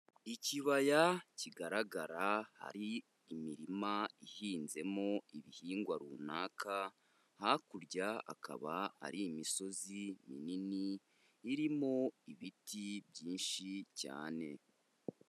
Ikibaya kigaragara hari imirima ihinzemo ibihingwa runaka, hakurya akaba ari imisozi minini irimo ibiti byinshi cyane.